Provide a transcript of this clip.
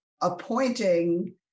appointing